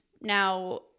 now